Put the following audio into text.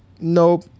nope